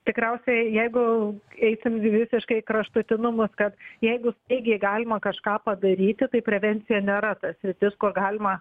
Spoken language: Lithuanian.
tikriausiai jeigu eisime visiškai į kraštutinumus kad jeigu iki galima kažką padaryti tai prevencija nėra ta sritis kur galima